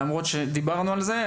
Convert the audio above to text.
למרות שדיברנו על זה,